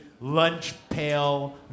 lunch-pail